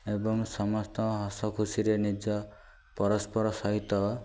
ଏବଂ ସମସ୍ତ ହସଖୁସିରେ ନିଜ ପରସ୍ପର ସହିତ